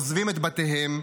עוזבים את בתיהם,